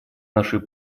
нашей